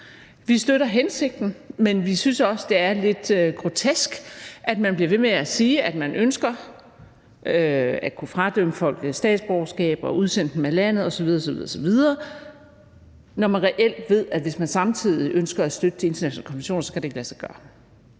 Vi støtter hensigten, men vi synes også, det er lidt grotesk, at man bliver ved med at sige, at man ønsker at kunne fradømme folk statsborgerskab og udsende dem af landet osv. osv., når man reelt ved, at hvis man samtidig ønsker at støtte sig til internationale konventioner, kan det ikke lade sig gøre.